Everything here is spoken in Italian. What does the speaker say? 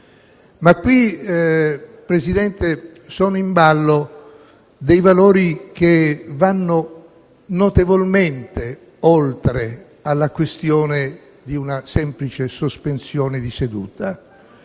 però, Presidente, sono in ballo dei valori che vanno notevolmente oltre la questione di una semplice sospensione di seduta,